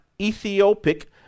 Ethiopic